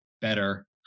better